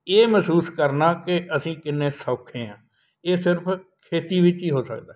ਇਹ ਮਹਿਸੂਸ ਕਰਨਾ ਕਿ ਅਸੀਂ ਕਿੰਨੇ ਸੌਖੇ ਹਾਂ ਇਹ ਸਿਰਫ ਖੇਤੀ ਵਿੱਚ ਹੀ ਹੋ ਸਕਦਾ